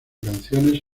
canciones